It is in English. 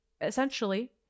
essentially